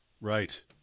Right